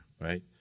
right